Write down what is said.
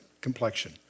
complexion